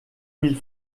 mille